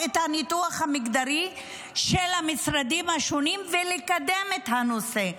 את הניתוח המגדרי של המשרדים השונים ולקדם את הנושא.